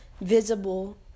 visible